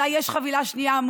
אזי יש חבילה שנייה,